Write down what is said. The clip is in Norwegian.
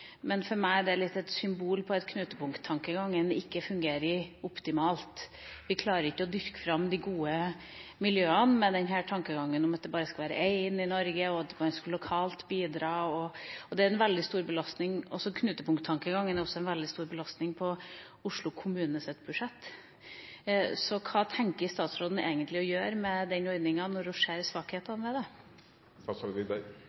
Men for meg blir det et symbol på at knutepunkttankegangen ikke fungerer optimalt. Vi klarer ikke å dyrke fram de gode miljøene med tankegangen om at det bare skal være én i Norge, og at man skal bidra lokalt. Knutepunkttankegangen er også en veldig stor belastning for Oslo kommunes budsjett. Så hva tenker statsråden egentlig på å gjøre med den ordninga når hun ser